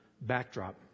backdrop